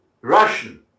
Russian